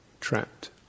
trapped